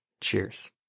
Cheers